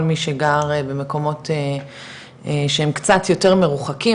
מי שגר במקומות שהם קצת יותר מרוחקים,